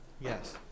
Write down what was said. Yes